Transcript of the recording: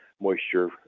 moisture